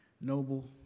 noble